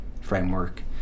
framework